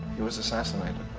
he was assassinated.